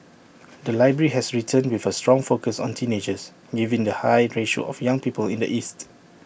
the library has returned with A strong focus on teenagers given the high ratio of young people in the east